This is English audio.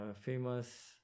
famous